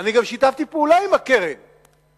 אני גם שיתפתי פעולה עם הקרן בשמחה,